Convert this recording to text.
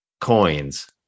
coins